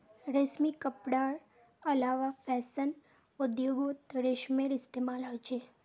रेशमी कपडार अलावा फैशन उद्द्योगोत रेशमेर इस्तेमाल होचे